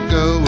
go